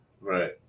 Right